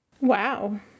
Wow